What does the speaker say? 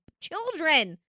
children